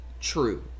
true